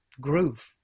groove